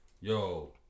yo